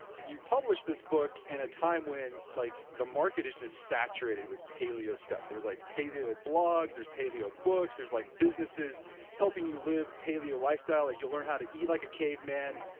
you published this book in a time when like the market is just saturated with paleo stuff, there is like paleo blogs, there is paleo books, there is like businesses helping you live paleo lifestyle, you learn how to eat like a cavemen,